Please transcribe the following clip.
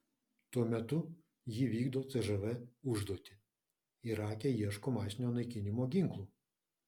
tuo metu ji vykdo cžv užduotį irake ieško masinio naikinimo ginklų